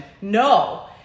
No